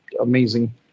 amazing